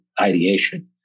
ideation